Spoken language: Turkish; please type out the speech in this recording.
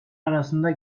arasında